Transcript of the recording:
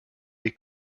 les